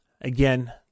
Again